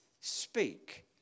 speak